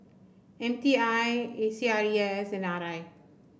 M T I A C R E S and R I